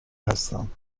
هستم